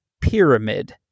pyramid